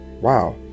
wow